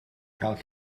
cael